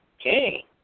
Okay